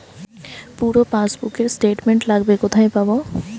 পুরো পাসবুকের স্টেটমেন্ট লাগবে কোথায় পাব?